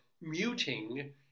muting